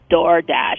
DoorDash